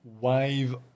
wave